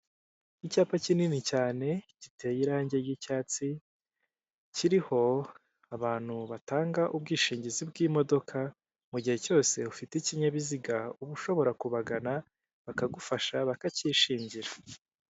Icyapa kinini cyane giteye irange ry'icyatsi kiriho abantu batanga ubwishingizi bw'imodoka mu gihe cyose ufite ikinyabiziga uba ushobora kubagana bakagufasha bakacyishingira.